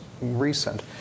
recent